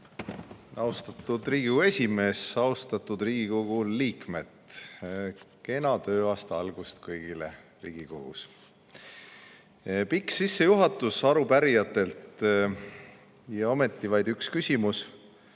Austatud Riigikogu esimees! Austatud Riigikogu liikmed! Kena tööaasta algust kõigile Riigikogus! Pikk sissejuhatus arupärijatelt ja ometi vaid üks küsimus,